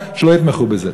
שלא יתמכו בזה.